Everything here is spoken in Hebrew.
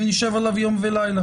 אם נשב עליו יום ולילה?